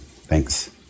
thanks